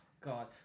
God